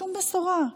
שום בשורה,